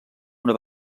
una